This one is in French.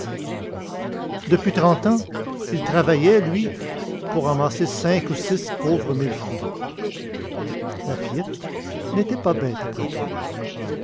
depuis trente ans il travaillait lui pour amasser cinq ou six pauvres mille francs la fillette n'était pas bête après tout